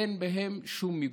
אין בהם שום מיגון,